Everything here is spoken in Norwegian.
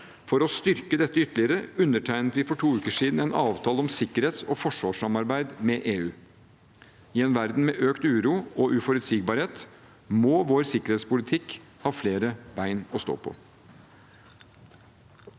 For å styrke dette ytterligere undertegnet vi for to uker siden en avtale om sikkerhets- og forsvarssamarbeid med EU. I en verden med økt uro og uforutsigbarhet må vår sikkerhetspolitikk ha flere bein å stå på.